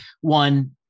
one